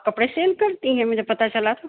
کپڑے سیل کرتی ہیں مجھے پتہ چلا تھا